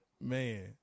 Man